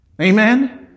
Amen